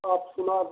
आब सुनाब